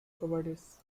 properties